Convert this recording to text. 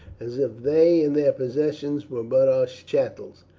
as if they and their possessions were but our chattels,